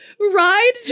Ride